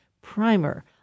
primer